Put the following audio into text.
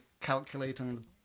calculating